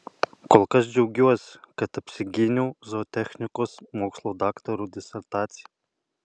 kol kas džiaugiuosi kad apgyniau zootechnikos mokslų daktaro disertaciją